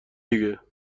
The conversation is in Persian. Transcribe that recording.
دیگه